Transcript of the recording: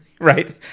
right